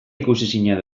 ikusezina